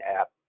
app